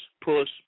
push